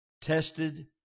tested